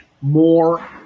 more